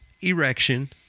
erection